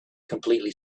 completely